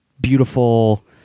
beautiful